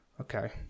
Okay